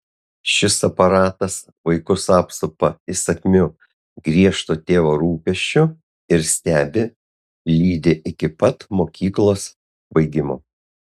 šis aparatas vaikus apsupa įsakmiu griežto tėvo rūpesčiu ir stebi lydi iki pat mokyklos baigimo